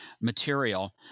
material